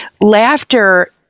laughter